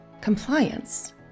compliance